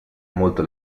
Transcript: molto